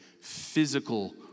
physical